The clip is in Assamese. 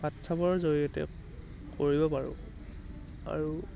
হোৱাট্ছআপৰ জৰিয়তে কৰিব পাৰোঁ আৰু